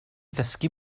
ddysgu